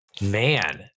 Man